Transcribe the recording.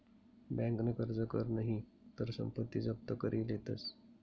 बँकन कर्ज कर नही तर संपत्ती जप्त करी लेतस